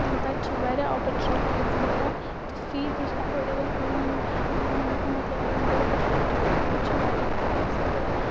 تَتہِ چھِ واریاہ اَپرچوٗنٕٹیٖز مِلان تہٕ فی تہِ چھِ اٮ۪فٲڈیبٕل کُنۍ مطلب یِم بٔڑۍ بٔڑۍ سکوٗل چھِ تِمَن منٛز چھِ واریاہ فیٖس تہٕ